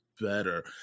better